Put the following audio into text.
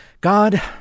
God